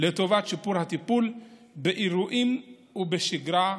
לטובת שיפור הטיפול באירועים בשגרה ובחירום.